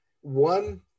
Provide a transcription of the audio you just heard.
One